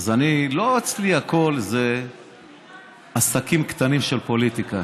לא הכול אצלי זה עסקים קטנים של פוליטיקה.